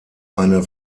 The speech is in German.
eine